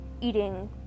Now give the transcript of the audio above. eating